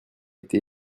été